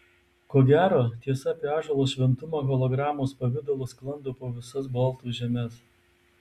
ko gero tiesa apie ąžuolo šventumą hologramos pavidalu sklando po visas baltų žemes